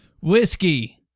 Whiskey